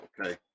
okay